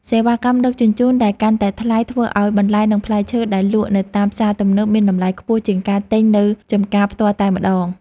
សេវាកម្មដឹកជញ្ជូនដែលកាន់តែថ្លៃធ្វើឱ្យបន្លែនិងផ្លែឈើដែលលក់នៅតាមផ្សារទំនើបមានតម្លៃខ្ពស់ជាងការទិញនៅចម្ការផ្ទាល់តែម្តង។